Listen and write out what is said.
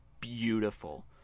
beautiful